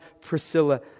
Priscilla